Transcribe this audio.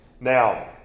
Now